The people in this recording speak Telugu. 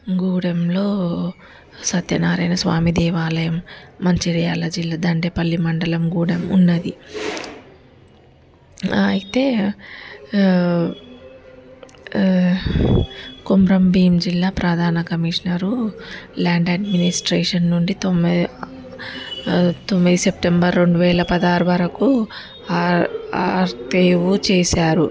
గూడెంలో సత్యనారాయణ స్వామి దేవాలయం మంచిర్యాల జిల్లా దండేపల్లి మండలం గూడెం ఉన్నది అయితే కొమరం భీం జిల్లా ప్రధాన కమిషనర్ లాండ్ అడ్మినిస్ట్రేషన్ నుండి తొంభై తొమ్మిది సెప్టెంబర్ రెండు వేల పదహారు వరకు ఆర్ ఆర్టిఓ చేశారు